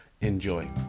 Enjoy